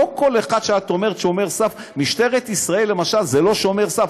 לא כל אחד שאת אומרת עליו "שומר סף" משטרת ישראל למשל זה לא שומר סף.